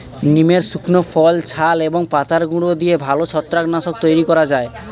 নিমের শুকনো ফল, ছাল এবং পাতার গুঁড়ো দিয়ে ভালো ছত্রাক নাশক তৈরি করা যায়